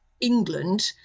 England